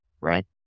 Right